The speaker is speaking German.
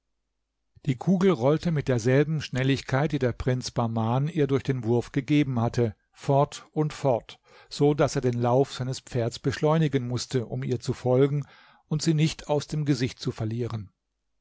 die kugel rollte mit derselben schnelligkeit die der prinz bahman ihr durch den wurf gegeben hatte fort und fort so daß er den lauf seines pferds beschleunigen mußte um ihr zu folgen und sie nicht aus dem gesicht zu verlieren